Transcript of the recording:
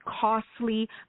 costly